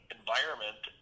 environment